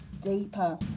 deeper